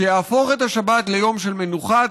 שיהפוך את השבת ליום של מנוחה,